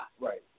Right